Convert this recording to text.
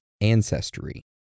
ancestry